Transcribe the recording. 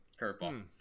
Curveball